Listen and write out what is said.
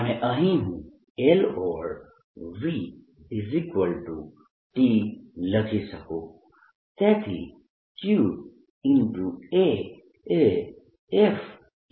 અને અહીં હું Lvt લખી શકું તેથી qA એ F